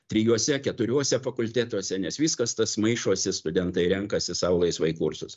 trijuose keturiuose fakultetuose nes viskas tas maišosi studentai renkasi sau laisvai kursus